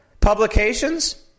publications